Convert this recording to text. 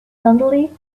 suddenly